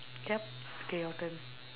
yup okay your turn